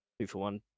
two-for-one